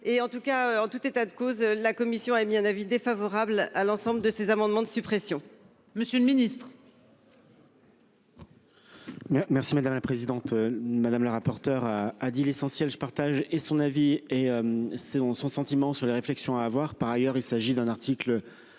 en tout cas, en tout état de cause, la commission a émis un avis défavorable à l'ensemble de ces amendements de suppression. Monsieur le Ministre. Merci madame la présidente madame la rapporteur, a dit l'essentiel. Je partage et son avis et selon son sentiment sur les réflexions à avoir, par ailleurs, il s'agit d'un article